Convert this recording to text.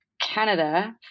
Canada